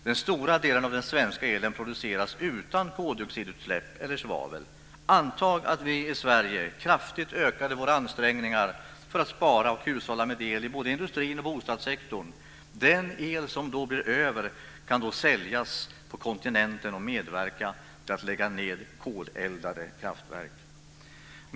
Den stora delen av den svenska elen produceras utan koldioxid eller svavelutsläpp. Antag att vi i Sverige kraftigt ökade våra ansträngningar att spara och hushålla med el i både industrin och bostadssektorn. Den el som då blir över kan säljas på kontinenten och medverka till att lägga ned koleldade kraftverk.